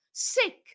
sick